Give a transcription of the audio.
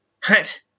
Hat